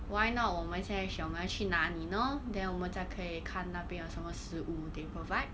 why not 我们现在想我们要去哪里呢 then 我们再可以看那边有什么食物 they provide